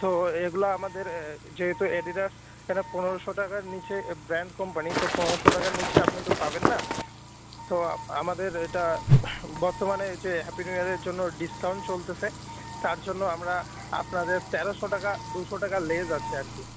তো এগুলা আমাদের যেহেতু এডিডাস এরা পনেরোশো টাকার নিচে ব্র্যান্ড কোম্পানি তো পনেরোশো টাকার নিচে আপনি তো পাবেন না তো আমাদের এটা বর্তমানে যে হ্যাপি নিউ ইয়ারের জন্য ডিসকাউন্ট চলতেছে তার জন্য আমরা আপনাদের তেরোশো টাকা দুশো টাকা লেস আছে আর কী